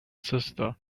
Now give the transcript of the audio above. sister